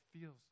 feels